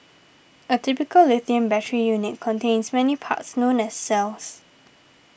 a typical lithium battery unit contains many parts known as cells